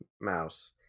Mouse